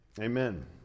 Amen